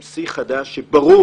הם שיא חדש, וברור